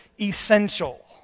essential